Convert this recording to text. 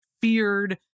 feared